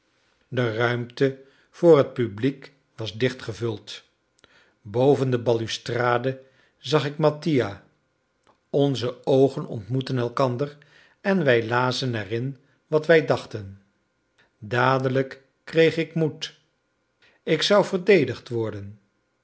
de ruimte voor het publiek was dicht gevuld boven de balustrade zag ik mattia onze oogen ontmoetten elkander en wij lazen er in wat wij dachten dadelijk kreeg ik moed ik zou verdedigd worden